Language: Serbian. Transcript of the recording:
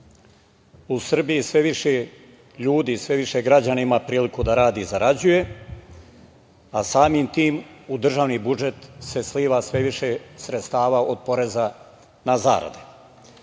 u Srbiji sve više ljudi, sve više građana ima priliku da radi i zarađuje, a samim tim, u državni budžet se sliva sve više sredstava od poreza na